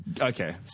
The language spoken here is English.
Okay